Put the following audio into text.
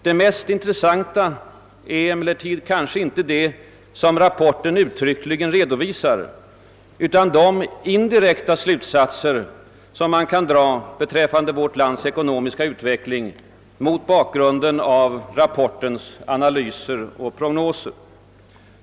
Det mest intressanta är emellertid inte vad rapporten uttryckligen redovisar, utan de indirekta slutsatser som kan dras med ledning av rapportens analyser och prognoser beträffande vårt lands ekonomiska utveckling.